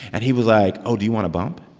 and he was like, oh, do you want a bump?